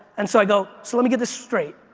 and so i go, so let me get this straight,